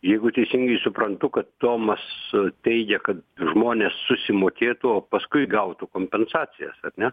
jeigu teisingai suprantu kad tomas teigia kad žmonės susimokėtų o paskui gautų kompensacijas ar ne